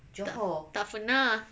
tak tak pernah